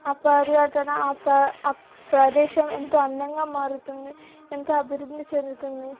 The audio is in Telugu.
ఆ పర్యటన ప ఆ ప్రదేశం ఎంతో అందంగా మారుతుంది ఎంతో అభివృద్ధి చెందుతుంది